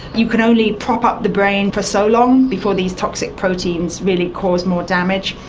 you can only prop up the brain for so long before these toxic proteins really cause more damage.